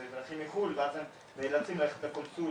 אזרחים מחו"ל ואז הם נאלצים ללכת לקונסוליה.